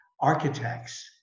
architects